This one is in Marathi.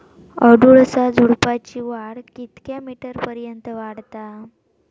अडुळसा झुडूपाची वाढ कितक्या मीटर पर्यंत वाढता?